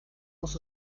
muss